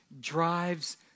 drives